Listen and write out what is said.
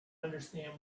understand